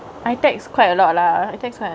I takes quite a lot lah it takes me